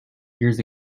years